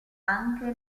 anche